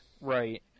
Right